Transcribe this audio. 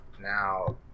now